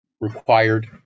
required